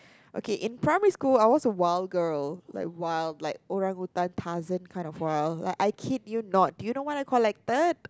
okay in primary school I was a wild girl like wild like Orang utan Tarzan kind of wild like I kid you not